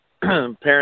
parents